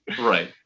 Right